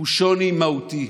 הוא שוני מהותי.